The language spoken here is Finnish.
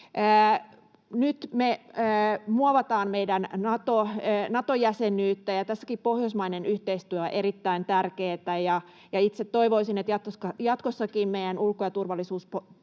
Nyt me muovataan meidän Nato-jäsenyyttä, ja tässäkin pohjoismainen yhteistyö on erittäin tärkeätä. Itse toivoisin, että jatkossakin meidän ulko- ja turvallisuuspoliittinen